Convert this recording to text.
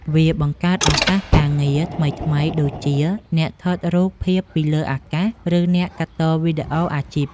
វាបង្កើតឱកាសការងារថ្មីៗដូចជា អ្នកថតរូបភាពពីលើអាកាស ឬអ្នកកាត់តវីដេអូអាជីព។